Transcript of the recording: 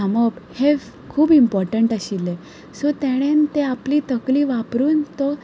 थामप हें खूब इमपोटंट आशिल्लें सो ताणें तें आपली तकली वापरून तो